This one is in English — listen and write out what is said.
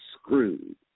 screwed